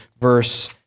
verse